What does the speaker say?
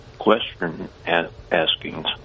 question-askings